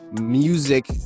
music